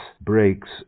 breaks